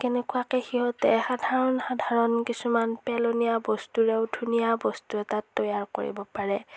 কেনেকুৱাকৈ সিহঁতে সাধাৰণ সাধাৰণ পেলনীয়া বস্তুৰেও ধুনীয়া বস্তু এটা তৈয়াৰ কৰিব পাৰে